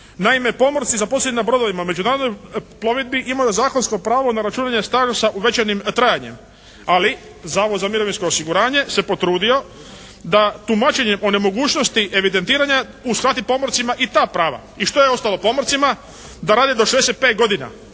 Naime, pomorci zaposleni na brodovima, na međunarodnoj plovidbi imaju zakonsko pravo na računanje …/Govornik se ne razumije./… u večernjem trajanjem, ali Zavod za mirovinsko osiguranje se potrudio da tumačenje o nemogućnosti evidentiranja uskrati pomorcima i ta prava. I što je ostalo pomorcima? Da rade do 65 godina.